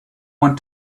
want